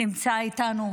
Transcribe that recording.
נמצא איתנו.